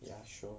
ya sure